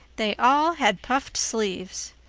they all had puffed sleeves.